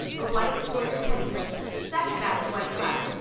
a white embroidered petticoat, the second best white dress,